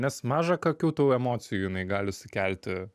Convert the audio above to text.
nes maža kakių tų emocijų jinai gali sukelti